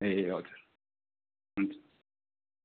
ए हजुर हुन्छ